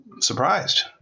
surprised